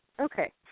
Okay